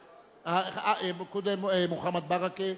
קודם מוחמד ברכה,